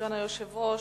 סגן היושב-ראש.